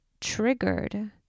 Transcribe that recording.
triggered